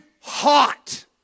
hot